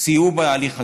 סייעו בהליך הזה.